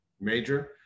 major